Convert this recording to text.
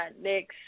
next